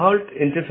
यह महत्वपूर्ण है